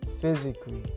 physically